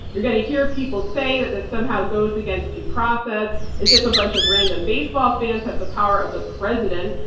you're gonna hear people say that this somehow goes against due process as if a bunch of random baseball fans have the power of the president.